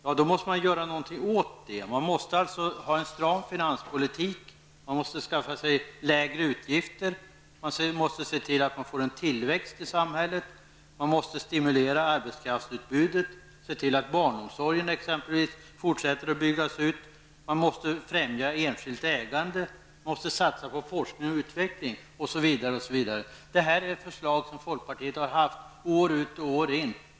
Men då måste man göra någonting åt det. Det måste föras en stram finanspolitik, man måste skaffa sig lägre utgifter och se till att det sker en tillväxt i samhället. Man måste också stimulera arbetskraftsutbudet och se till att det sker en fortsatt utbyggnad av barnomsorgen, främja enskilt ägande, satsa på forskning och utveckling osv. Detta är förslag som folkpartiet har framfört år ut och år in.